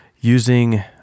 using